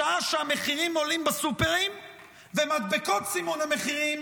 בשעה שהמחירים בסופרים עולים ומדבקות סימון המחירים